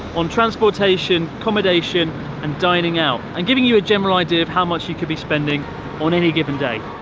on transportation, accommodation and dining out and giving you a general idea of how much you could be spending on any given day.